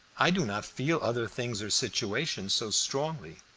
i do not feel other things or situations so strongly.